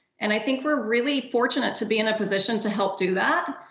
and i think we're really fortunate to be in a position to help do that.